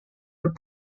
for